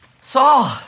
Saul